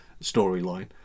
storyline